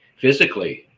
physically